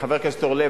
חבר הכנסת אורלב,